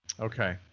okay